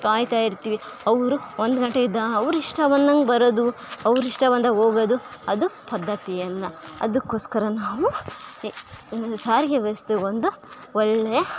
ಕಾಯ್ತಾ ಇರ್ತೀವಿ ಅವರು ಒಂದು ಗಂಟೆ ಇದ್ದಾಗ ಅವ್ರು ಇಷ್ಟ ಬಂದಂಗೆ ಬರೋದು ಅವ್ರ ಇಷ್ಟ ಬಂದಾಗ ಹೋಗೋದು ಅದು ಪದ್ದತಿಯಲ್ಲ ಅದಕ್ಕೋಸ್ಕರ ನಾವು ಎ ಸಾರಿಗೆ ವ್ಯವಸ್ಥೆ ಒಂದು ಒಳ್ಳೆಯ